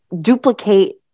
duplicate